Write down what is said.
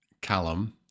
Callum